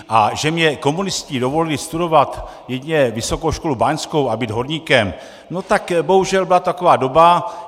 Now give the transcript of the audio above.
A že mně komunisté dovolili studovat jedině Vysokou školu báňskou a být horníkem, no tak bohužel byla taková doba.